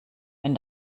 wenn